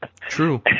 True